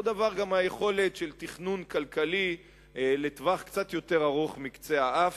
אותו דבר גם היכולת של תכנון כלכלי לטווח קצת יותר ארוך מקצה האף,